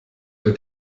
wird